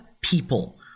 people